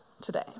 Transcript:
today